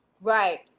Right